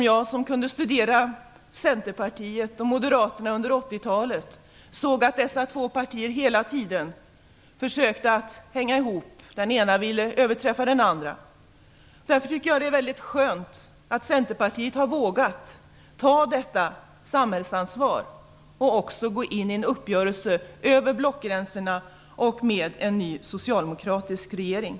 Jag som kunde studera Centerpartiet och Moderaterna under 80-talet såg att dessa två partier hela tiden försökte hänga ihop. Det ena ville överträffa det andra. Det är väldigt skönt att Centerpartiet har vågat ta detta samhällsansvar och går in i en uppgörelse över blockgränserna med en ny socialdemokratisk regering.